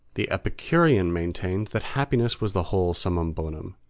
the epicurean maintained that happiness was the whole summum bonum,